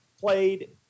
played